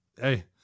hey